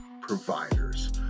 providers